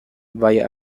via